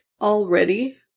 already